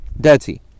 dirty